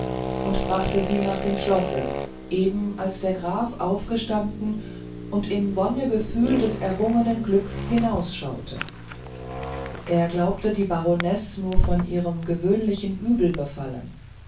und brachte sie nach dem schlosse eben als der graf aufgestanden und im wonnegefühl des errungenen glücks hinausschaute er glaubte die baronesse nur von ihrem gewöhnlichen übel befallen